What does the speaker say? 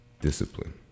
Discipline